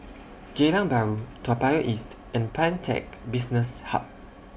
Geylang Bahru Toa Payoh East and Pantech Business Hub